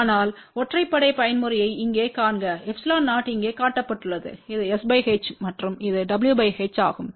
அதனால் ஒற்றைப்படை பயன்முறையை இங்கே காண்க ε0இங்கே காட்டப்பட்டுள்ளது இது s h மற்றும் இது w h ஆகும்